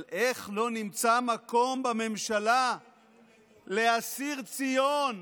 אבל איך לא נמצא מקום בממשלה לאסיר ציון,